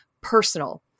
personal